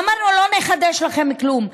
אמרנו: לא נחדש לכם כלום.